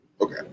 Okay